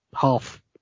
half